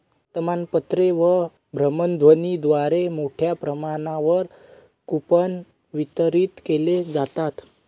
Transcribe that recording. वर्तमानपत्रे व भ्रमणध्वनीद्वारे मोठ्या प्रमाणावर कूपन वितरित केले जातात